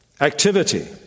activity